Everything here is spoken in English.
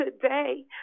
today